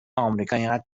امریکااینقدر